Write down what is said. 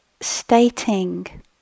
stating